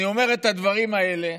אני אומר את הדברים האלה,